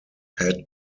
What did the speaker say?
had